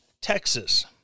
Texas